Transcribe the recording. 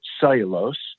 cellulose